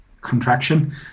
contraction